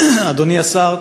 אדוני השר,